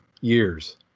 years